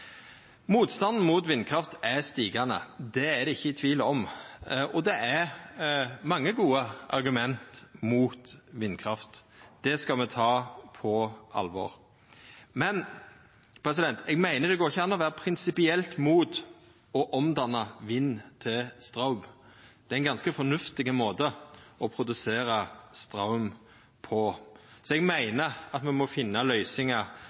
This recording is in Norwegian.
Motstanden mot vindkraft er stigande. Det er det ikkje tvil om. Det er mange gode argument mot vindkraft. Det skal me ta på alvor. Men eg meiner det ikkje går an å vera prinsipielt mot å omdanna vind til straum. Det er ein ganske fornuftig måte å produsera straum på, så eg meiner at me må finna løysingar